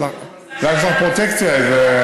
איזה שאלות אישיות?